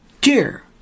Dear